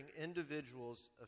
individuals